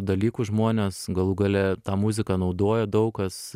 dalykų žmonės galų gale tą muziką naudoja daug kas